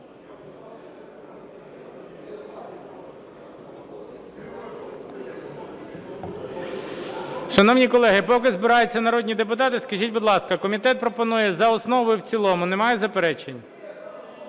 Шановні колеги, поки збираються народні депутати, скажіть, будь ласка, комітет пропонує за основу і в цілому, немає заперечень?